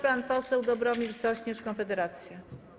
Pan poseł Dobromir Sośnierz, Konfederacja.